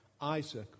Isaac